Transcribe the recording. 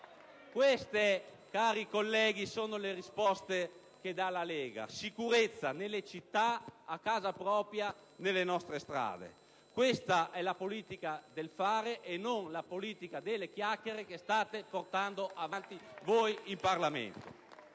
Queste, colleghi, sono le risposte che dà la Lega: sicurezza nelle città, a casa propria e nelle nostre strade. Questa è la politica del fare, non la politica delle chiacchiere che state portando avanti voi in Parlamento.